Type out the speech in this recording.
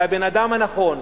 והבן-אדם הנכון,